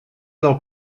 del